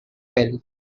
well